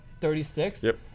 36